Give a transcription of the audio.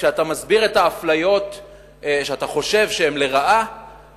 כשאתה מסביר את האפליה שאתה חושב שהיא לרעה,